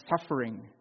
suffering